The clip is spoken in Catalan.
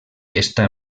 està